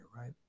right